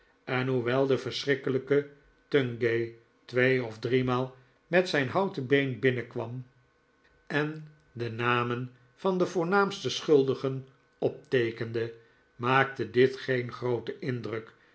en hoewel de verschrikkelijke tungay twee of driemaal met zijn houten been binnenkwam en de namen van de voornaamste schuldigen opteekende maakte dit geen grooten indruk